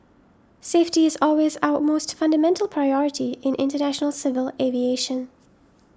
safety is always our most fundamental priority in international civil aviation